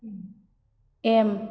M